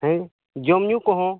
ᱦᱮᱸ ᱡᱚᱢ ᱧᱩ ᱠᱚᱦᱚᱸ